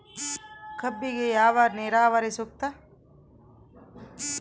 ಕಬ್ಬಿಗೆ ಯಾವ ನೇರಾವರಿ ಸೂಕ್ತ?